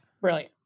Brilliant